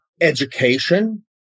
education